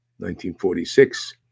1946